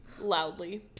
loudly